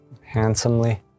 handsomely